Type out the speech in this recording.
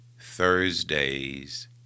Thursdays